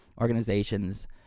organizations